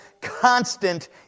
constant